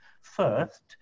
first